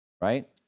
right